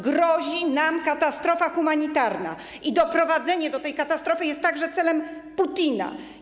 Grozi nam katastrofa humanitarna i doprowadzenie do tej katastrofy jest także celem Putina.